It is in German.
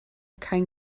kein